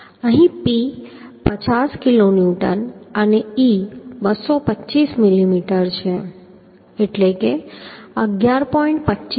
અહીં P 50 kilonewton અને e 225 millimetre છે એટલે કે 11